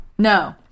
No